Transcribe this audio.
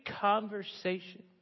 conversation